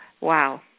wow